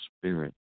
spirit